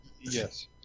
yes